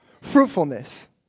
Fruitfulness